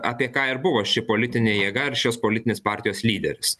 apie ką ir buvo ši politinė jėga ir šios politinės partijos lyderis